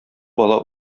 бала